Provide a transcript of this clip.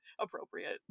appropriate